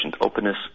openness